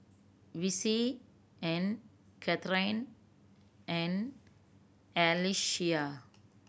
Vicy and Kathryn and Alyssia